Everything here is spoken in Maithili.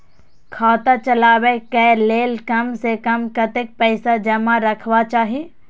खाता चलावै कै लैल कम से कम कतेक पैसा जमा रखवा चाहि